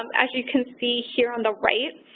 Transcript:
um as you can see here on the right,